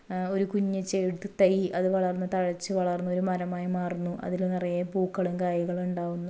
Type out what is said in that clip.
ഒരു കുഞ്ഞു ചെടി തൈ അത് വളർന്ന് തഴച്ച് വളർന്ന് ഒരു മരമായി മാറുന്നു അതിൽ നിറയെ പൂക്കളും കായ്കളും ഉണ്ടാവുന്നു